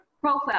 profile